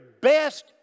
best